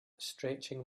stretching